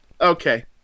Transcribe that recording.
Okay